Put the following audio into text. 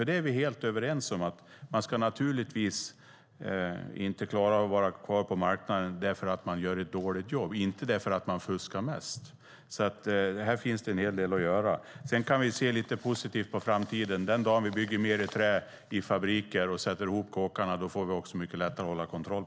Vi är helt överens om att man naturligtvis ska vara kvar på marknaden för att man gör ett bra jobb, inte för att man fuskar mest. Här finns det en hel del att göra. Låt oss se lite positivt på framtiden. Den dagen vi bygger mer i trä i fabriker och sätter ihop kåkarna får vi också lättare att hålla kontroll.